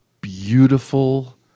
beautiful –